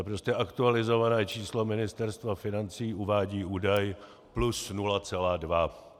Prostě aktualizované číslo Ministerstva financí uvádí údaj plus 0,2.